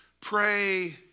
Pray